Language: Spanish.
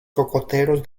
cocoteros